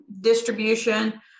distribution